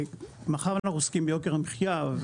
מאחר ואנחנו עוסקים ביוקר המחיה,